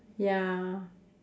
ya